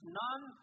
none